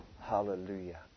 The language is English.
Hallelujah